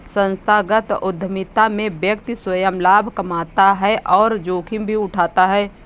संस्थागत उधमिता में व्यक्ति स्वंय लाभ कमाता है और जोखिम भी उठाता है